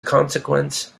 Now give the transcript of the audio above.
consequence